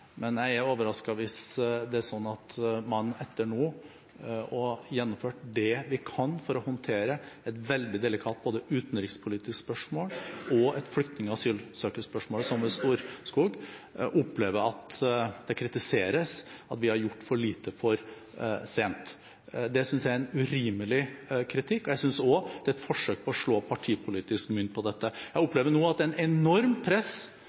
men jeg er overrasket over at vi nå, etter å ha gjennomført det vi kan for å håndtere et veldig delikat både utenrikspolitisk spørsmål og flyktning- og asylsøkerspørsmål, som det ved Storskog, opplever at det kritiseres at vi har gjort for lite for sent. Det synes jeg er en urimelig kritikk, og jeg synes også det er et forsøk på å slå partipolitisk mynt på dette. Jeg opplever nå at det er et enormt press